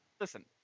Listen